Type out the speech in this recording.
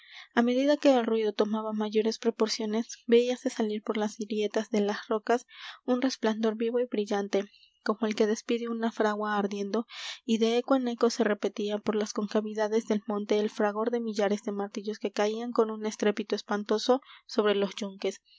á medida que el ruido tomaba mayores proporciones veíase salir por las grietas de las rocas un resplandor vivo y brillante como el que despide una fragua ardiendo y de eco en eco se repetía por las concavidades del monte el fragor de millares de martillos que caían con un estrépito espantoso sobre los yunques